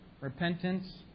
repentance